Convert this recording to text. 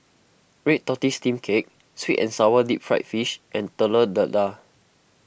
Red Tortoise Steamed Cake Sweet and Sour Deep Fried Fish and Telur Dadah